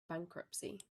bankruptcy